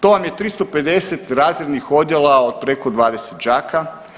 To vam je 350 razrednih odjela od preko 20 đaka.